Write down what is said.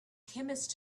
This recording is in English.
chemist